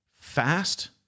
fast